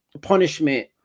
punishment